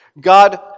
God